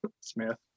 Smith